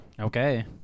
Okay